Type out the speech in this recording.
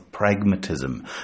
pragmatism